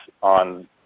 on